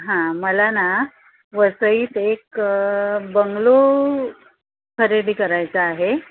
हां मला ना वसईत एक बंगला खरेदी करायचा आहे